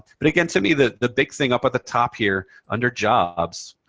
but again, to me, the the big thing up at the top here, under jobs,